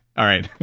all right,